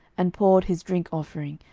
and poured his drink offering,